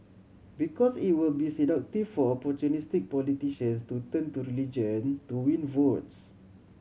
because it will be seductive for opportunistic politicians to turn to religion to win votes